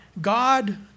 God